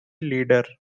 leader